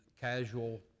casual